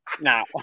now